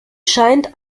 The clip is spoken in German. scheint